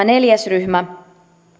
neljäs ryhmä